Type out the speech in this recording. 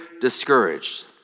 discouraged